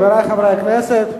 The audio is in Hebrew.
חברי חברי הכנסת,